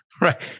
Right